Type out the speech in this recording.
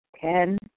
Ten